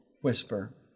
whisper